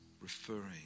referring